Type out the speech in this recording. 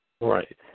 Right